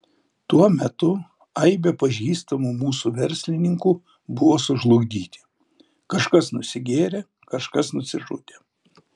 tuo metu aibė pažįstamų mūsų verslininkų buvo sužlugdyti kažkas nusigėrė kažkas nusižudė